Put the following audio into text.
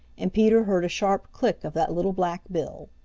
and peter heard a sharp click of that little black bill.